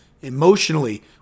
Emotionally